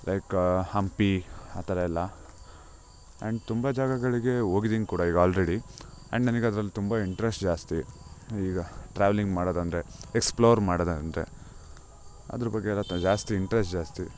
like Hampi ಆ ಥರ ಎಲ್ಲ ಆ್ಯಂಡ್ ತುಂಬ ಜಾಗಗಳಿಗೆ ಹೋಗಿದ್ದೀನ್ ಕೂಡ ಈಗ ಅಲ್ರೆಡಿ ಆ್ಯಂಡ್ ನನಗ್ ಅದ್ರಲ್ಲಿ ತುಂಬ ಇಂಟ್ರೆಸ್ಟ್ ಜಾಸ್ತಿ ಈಗ ಟ್ರಾವೆಲಿಂಗ್ ಮಾಡೋದಂದರೆ ಎಕ್ಸ್ ಪ್ಲೋರ್ ಮಾಡೋದಂದರೆ ಅದ್ರ ಬಗ್ಗೆ ಎಲ್ಲ ತ ಜಾಸ್ತಿ ಇಂಟ್ರೆಸ್ಟ್ ಜಾಸ್ತಿ